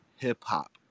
hip-hop